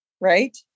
right